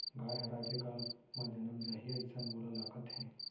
गाय हर आजे काल म जनम जाही, अइसन मोला लागत हे